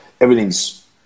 Everything's